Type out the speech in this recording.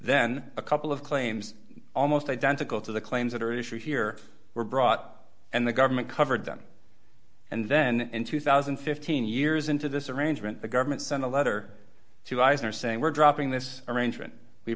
then a couple of claims almost identical to the claims that are at issue here were brought and the government covered that and then in two thousand and fifteen years into this arrangement the government sent a letter to eisner saying we're dropping this arrangement we